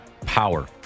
power